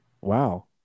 Wow